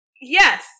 Yes